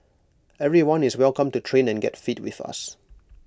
everyone is welcome to train and get fit with us